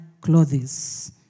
clothes